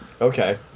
Okay